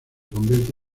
convierte